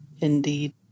Indeed